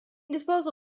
disposal